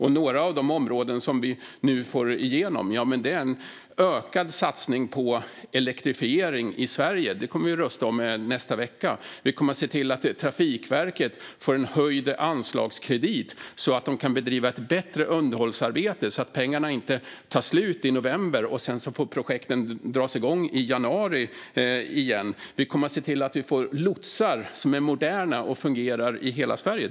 Några av de områden som vi nu får igenom är en ökad satsning på elektrifiering i Sverige. Det kommer vi att rösta om i nästa vecka. Vi kommer att se till att Trafikverket får en höjd anslagskredit så att de kan bedriva ett bättre underhållsarbete så att pengarna inte tar slut i november - och sedan får projekten dras igång i januari igen. Vi kommer att se till att det finns lotsar som arbetar på ett modernt sätt och fungerar i hela Sverige.